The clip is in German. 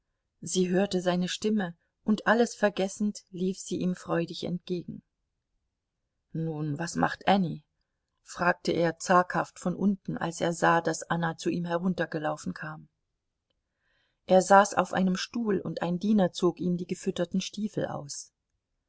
sie hörte seine stimme und alles vergessend lief sie ihm freudig entgegen nun was macht anny fragte er zaghaft von unten als er sah daß anna zu ihm heruntergelaufen kam er saß auf einem stuhl und ein diener zog ihm die gefütterten stiefel aus